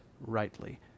rightly